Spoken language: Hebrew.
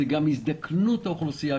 גם הזדקנות האוכלוסייה,